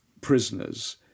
prisoners